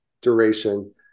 duration